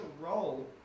role